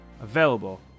available